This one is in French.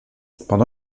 pendant